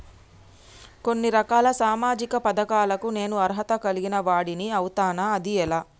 కొన్ని రకాల సామాజిక పథకాలకు నేను అర్హత కలిగిన వాడిని అవుతానా? అది ఎలా?